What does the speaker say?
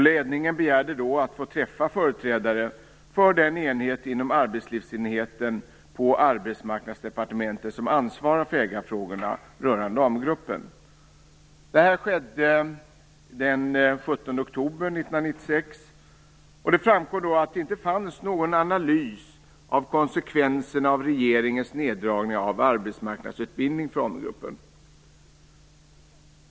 Ledningen begärde då att få träffa företrädare för arbetslivsenheten på Arbetsmarknadsdepartementet, som ansvarar för ägarfrågor rörande AmuGruppen. Detta skedde den 17 oktober 1996. Det framkom då att det inte fanns någon analys av konsekvenserna av regeringens neddragningar av arbetsmarknadsutbildning för AmuGruppen.